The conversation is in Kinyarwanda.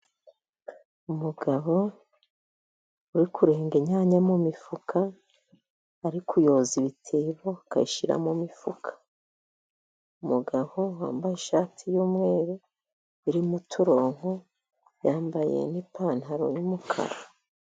Umugabo uri kurenga inyanya mu mifuka ari kuyoza ibitebo akazishyira mu mifuka. Umugabo wambaye ishati y'umweru irimo uturongo, yambaye n'ipantaro y'umukara.